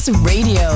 Radio